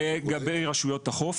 לגבי רשויות החוף.